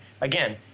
again